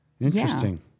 Interesting